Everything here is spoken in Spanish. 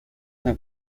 una